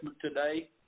today